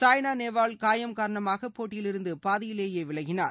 சாய்னா நேவால் காயம் காரணமாக போட்டியிலிருந்து பாதியிலேயே விலகினார்